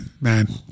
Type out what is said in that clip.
man